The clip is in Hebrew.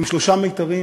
עם שלושה מיתרים